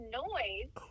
noise